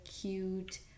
cute